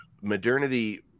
modernity